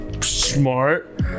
Smart